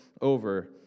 over